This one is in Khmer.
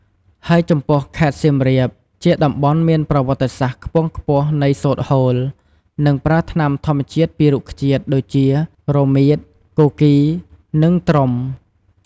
ហើយចំពោះខេត្ត សៀមរាប ជាតំបន់មានប្រវត្តិសាស្ត្រខ្ពង់ខ្ពស់នៃសូត្រហូល និងប្រើថ្នាំធម្មជាតិពីរុក្ខជាតិដូចជា រមៀត, គគីរ និង ត្រុំ។